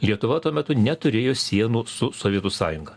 lietuva tuo metu neturėjo sienų su sovietų sąjunga